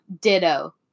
Ditto